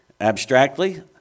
Abstractly